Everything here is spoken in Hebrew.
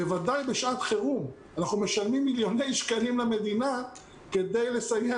בוודאי בשעת חירום אנחנו משלמים מיליוני שקלים למדינה כדי לסייע